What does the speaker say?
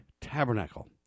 tabernacle